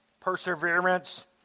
perseverance